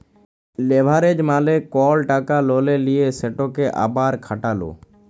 leverage মালে কল টাকা ললে লিঁয়ে সেটকে আবার খাটালো